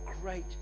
great